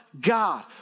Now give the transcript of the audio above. God